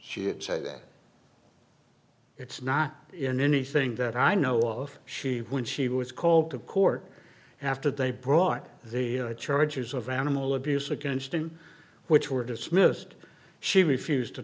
she did say that it's not in anything that i know of she when she was called to court after they brought the charges of animal abuse against him which were dismissed she refused to